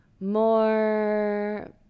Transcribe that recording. more